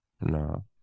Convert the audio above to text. no